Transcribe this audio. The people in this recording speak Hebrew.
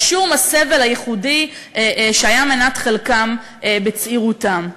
על שום הסבל הייחודי שהיה מנת חלקם בצעירותם.